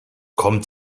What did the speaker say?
kommt